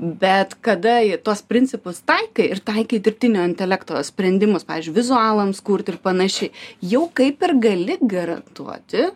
bet kada į tuos principus taikai ir taikai dirbtinio intelekto sprendimus pavyzdžiui vizualams kurt ir panašiai jau kaip ir gali garantuoti